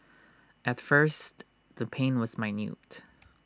at first the pain was minute